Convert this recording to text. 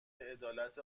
عدالت